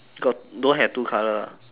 got don't have two colour ah